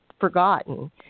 forgotten